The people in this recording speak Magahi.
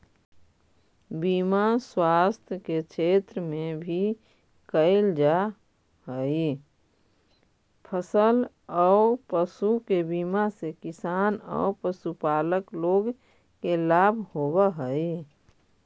बीमा स्वास्थ्य के क्षेत्र में भी कैल जा हई, फसल औ पशु के बीमा से किसान औ पशुपालक लोग के लाभ होवऽ हई